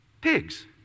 pigs